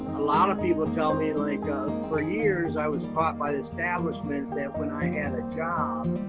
a lot of people tell me like, um for years i was taught by the establishment that when i had a job,